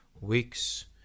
weeks